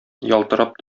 ялтырап